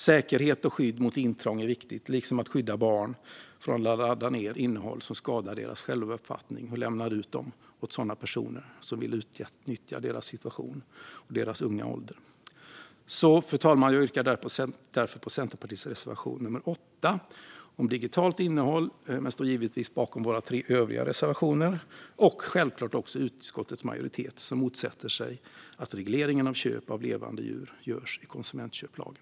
Säkerhet och skydd mot intrång är viktigt, liksom att skydda barn från att ladda ned innehåll som skadar deras självuppfattning och lämnar ut dem åt sådana personer som vill utnyttja deras situation och deras unga ålder. Fru talman! Jag yrkar bifall till Centerpartiets reservation nummer 8 om digitalt innehåll men står givetvis bakom våra tre övriga reservationer - och självklart också utskottets majoritet, som motsätter sig att regleringen av köp av levande djur görs i konsumentköplagen.